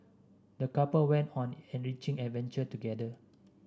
the couple went on an enriching adventure together